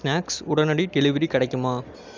snacks உடனடி delivery கிடைக்குமா